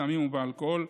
בסמים ובאלכוהול,